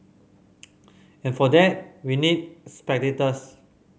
and for that we need spectators